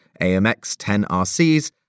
AMX-10RCs